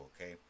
Okay